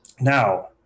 Now